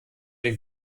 den